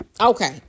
Okay